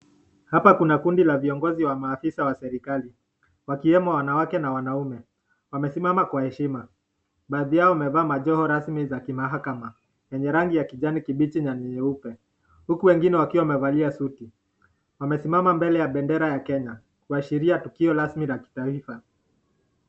Hapa kuna kundi la viongozi wa maofisa wa serikali, wakiwemo wanawake na wanaume, wamesimama kwa heshima, baadhi yao wamevaa majora rasmi za kimahakama enye rangi ya kijani kibichi na nyeupe, huku wengine wakiwa wamevalia suti. Wamesimama mbele ya bendera ya Kenya kuashiria tukio rasmi la kitaifa.